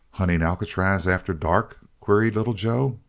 hunting alcatraz after dark? queried little joe.